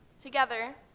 together